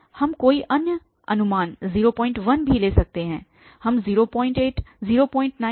लेकिन हम कोई अन्य अनुमान 01 भी ले सकते हैं हम 08 09 आदि ले सकते हैं